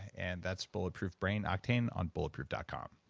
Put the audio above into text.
and that's bulletproof brain octane on bulletproof dot com